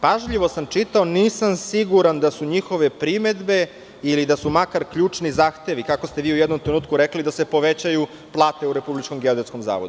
Pažljivo sam čitao i nisam siguran da su njihove primedbe, ili da su makar ključni zahtevi, kako ste vi u jednom trenutku rekli, da se povećaju plate u Republičkom geodetskom zavodu.